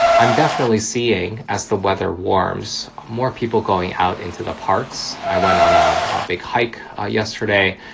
i'm definitely seeing, as the weather warms, more people going out into the parks. i went on a big hike ah yesterday.